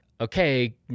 okay